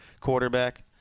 quarterback